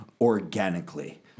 organically